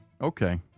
Okay